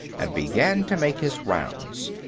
and began to make his rounds.